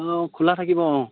অঁ খোলা থাকিব অঁ